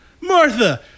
Martha